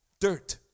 dirt